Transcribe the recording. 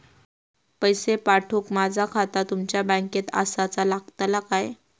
पैसे पाठुक माझा खाता तुमच्या बँकेत आसाचा लागताला काय?